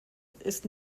ist